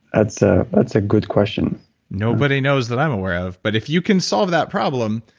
that's ah that's a good question nobody knows that i'm aware of. but if you can solve that problem,